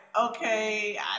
okay